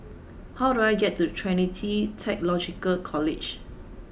how do I get to Trinity Theological College